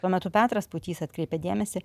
tuo metu petras pūtys atkreipia dėmesį